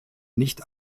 nicht